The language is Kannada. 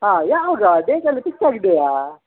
ಹಾಂ ಯಾವಾಗ ಡೇಟೆಲ್ಲ ಫಿಕ್ಸ್ ಆಗಿದೆಯಾ